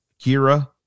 Kira